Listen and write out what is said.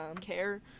care